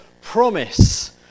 promise